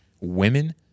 women